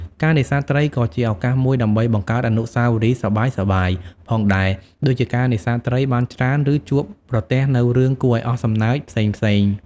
ការនេសាទត្រីក៏ជាឱកាសមួយដើម្បីបង្កើតអនុស្សាវរីយ៍សប្បាយៗផងដែរ ដូចជាការនេសាទត្រីបានច្រើនឬជួបប្រទះនូវរឿងគួរឱ្យអស់សំណើចផ្សេងៗ។